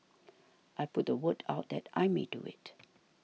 I put the word out that I may do it